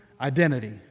identity